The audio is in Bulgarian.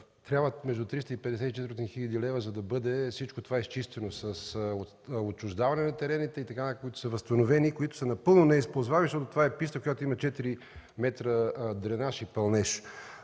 трябват между 350 и 400 хил. лв., за да бъде всичко това изчистено - отчуждаване на терените и така нататък, които са възстановени и са напълно неизползваеми, защото това е писта, която има 4 м дренаж и пълнеж